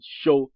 show